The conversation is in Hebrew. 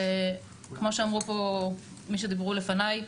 וכמו שאמרו פה מי שדיבר לפניי,